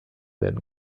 werden